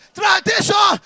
tradition